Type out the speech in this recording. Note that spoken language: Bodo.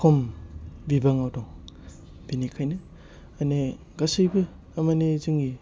खम बिबाङाव दं बेनिखायनो माने गासिबो थारमाने जोंनि